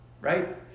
right